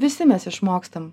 visi mes išmokstam